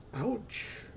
ouch